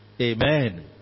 Amen